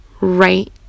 right